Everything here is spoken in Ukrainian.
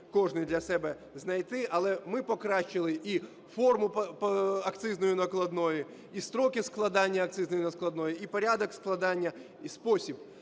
кожний для себе знайти. Але ми покращили і форму акцизної накладної, і строки складення акцизної накладної, і порядок складення і спосіб